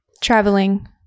Traveling